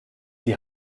die